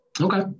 Okay